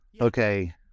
Okay